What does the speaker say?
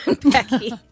Becky